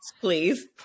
please